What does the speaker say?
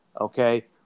okay –